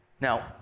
Now